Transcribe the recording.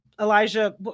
Elijah